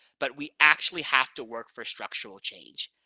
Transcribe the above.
but we actually have to work for structural change.